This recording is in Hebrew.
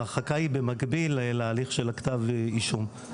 ההרחקה היא במקביל להליך של כתב האישום.